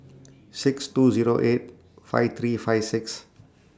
six two Zero eight five three five six